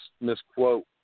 misquote